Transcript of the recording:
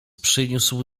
przyniósł